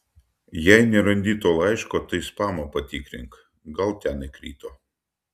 jei nerandi to laiško tai spamą patikrink gal ten įkrito